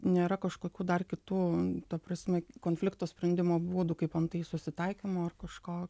nėra kažkokių dar kitų ta prasme konflikto sprendimo būdų kaip antai susitaikymo ar kažko